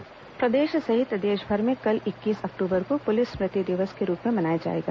police स्मृति दिवस प्रदेश सहित देशभर में कल इक्कीस अक्टूबर को पुलिस स्मृति दिवस के रूप में मनाया जाएगा